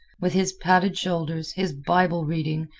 with his padded shoulders, his bible reading,